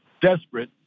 desperate